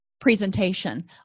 presentation